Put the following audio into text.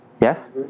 Yes